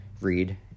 read